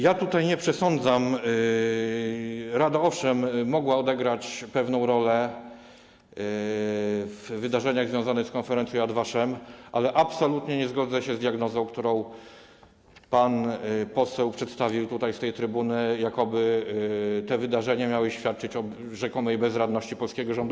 Ja tutaj tego nie przesądzam - rada, owszem, mogła odegrać pewną rolę w wydarzeniach związanych z konferencją w Yad Vashem, ale absolutnie nie zgodzę się z diagnozą, którą pan poseł przedstawił z tej trybuny, że jakoby te wydarzenia miały świadczyć o rzekomej bezradności polskiego rządu.